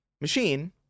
machine